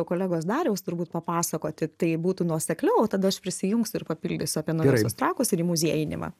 kolegos dariaus turbūt papasakoti tai būtų nuosekliau tada aš prisijungsiu ir papildysiu apie naujuosius trakus ir įmuziejinimą